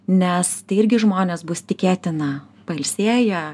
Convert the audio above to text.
nes tai irgi žmonės bus tikėtina pailsėję